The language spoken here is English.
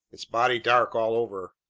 its body dark all over.